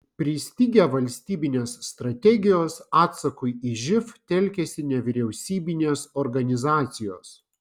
pristigę valstybinės strategijos atsakui į živ telkiasi nevyriausybinės organizacijos